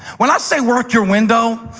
when i say work your window,